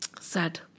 Sad